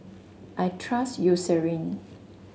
I trust Eucerin